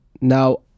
Now